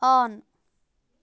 on